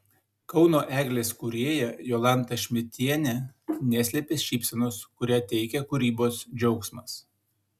kauno eglės kūrėja jolanta šmidtienė neslėpė šypsenos kurią teikia kūrybos džiaugsmas